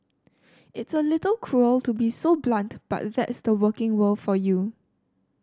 it's a little cruel to be so blunt but that's the working world for you